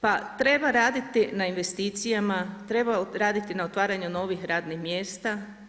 Pa treba raditi na investicijama, treba raditi na otvaranju novih radnih mjesta.